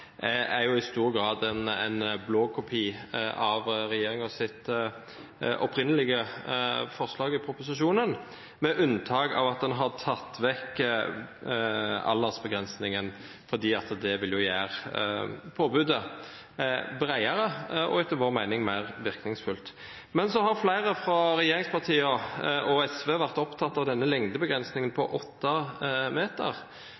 en jo lagt stor vekt på de lovtekniske vurderingene som departementet har gjort, og det forslaget som ser ut til å få flertall i dag, er i stor grad en blåkopi av regjeringens opprinnelige forslag i proposisjonen – med unntak av at en har tatt vekk aldersbegrensningen; det ville gjøre påbudet bredere og etter vår mening mer virkningsfullt. Men så har flere fra regjeringspartiene og